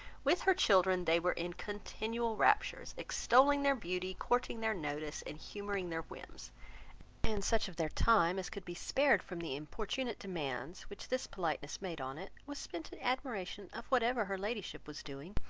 with her children they were in continual raptures, extolling their beauty, courting their notice, and humouring their whims and such of their time as could be spared from the importunate demands which this politeness made on it, was spent in admiration of whatever her ladyship was doing,